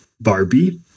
Barbie